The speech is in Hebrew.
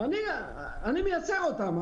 אני מייצר אותן.